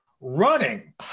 running